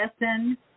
lesson